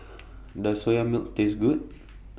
Does Soya Milk Taste Good